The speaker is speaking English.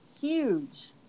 huge